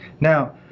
Now